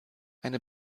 eine